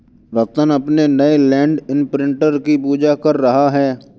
रत्न अपने नए land imprinter की पूजा कर रहा है